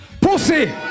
Pussy